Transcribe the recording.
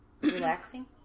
relaxing